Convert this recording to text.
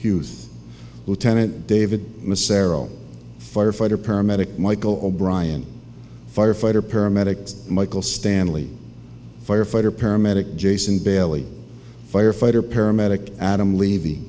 hughes lieutenant david macerata firefighter paramedic michael o'brien firefighter paramedic michael stanley firefighter paramedic jason bailey firefighter paramedic adam levy